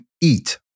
eat